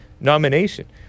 nomination